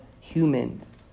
humans